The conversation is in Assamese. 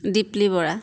দিপলী বৰা